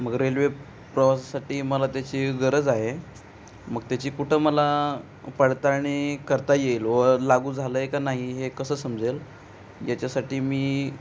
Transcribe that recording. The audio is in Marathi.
मग रेल्वे प्रवासासाठी मला त्याची गरज आहे मग त्याची कुठं मला पडताळणी करता येईल व लागू झालं आहे का नाही हे कसं समजेल याच्यासाठी मी